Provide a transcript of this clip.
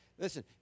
Listen